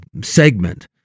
segment